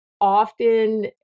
often